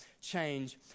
change